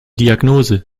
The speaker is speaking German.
diagnose